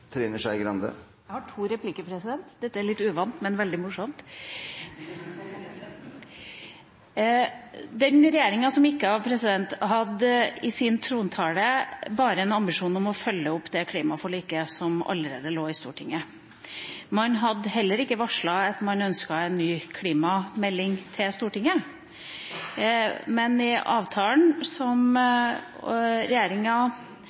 Jeg har to replikker – dette er litt uvant, men veldig morsomt. Regjeringa som gikk av, hadde i sin trontale bare en ambisjon om å følge opp det klimaforliket som allerede lå i Stortinget. Man varslet heller ikke at man ønsket en ny klimamelding til Stortinget. Men i avtalen som den nåværende regjeringa